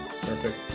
Perfect